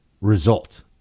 result